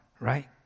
right